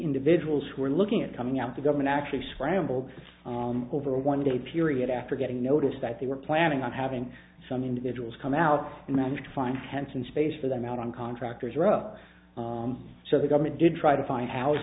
individuals who are looking at coming out the government actually scrambled over one day period after getting notice that they were planning on having some individuals come out and managed to find ten thousand space for them out on contractors row so the government did try to find hous